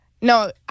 No